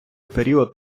період